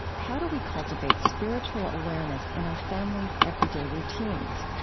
how do we cultivate spiritual awareness in our family's everyday routines?